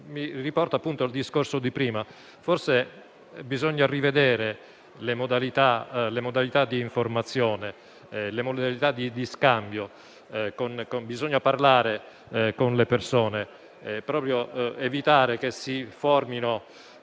Mi ricollego al discorso di prima: forse bisogna rivedere le modalità di informazione e di scambio e bisogna parlare con le persone, proprio per evitare che si formino